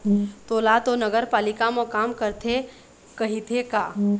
तोला तो नगरपालिका म काम करथे कहिथे का?